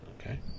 Okay